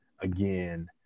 again